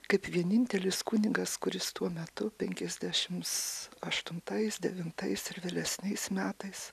kaip vienintelis kunigas kuris tuo metu penkiasdešimt aštuntais devintais ir vėlesniais metais